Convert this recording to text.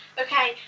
okay